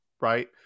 Right